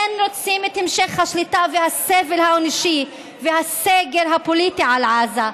כן רוצים את המשך השליטה והסבל האנושי והסגר הפוליטי על עזה,